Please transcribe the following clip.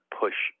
push